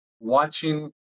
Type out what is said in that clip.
watching